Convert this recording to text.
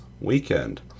weekend